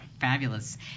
Fabulous